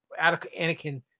Anakin